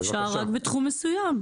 אפשר רק בתחום מסוים.